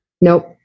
Nope